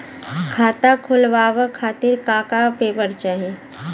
खाता खोलवाव खातिर का का पेपर चाही?